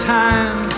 time